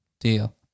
Deal